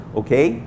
okay